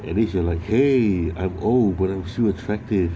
at least you are like !hey! I'm old but I'm still attractive